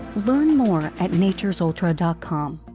learn more at nature's ultra and calm.